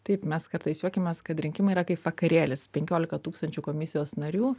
taip mes kartais juokiamės kad rinkimai yra kaip vakarėlis penkiolika tūkstančių komisijos narių